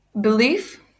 belief